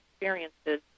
experiences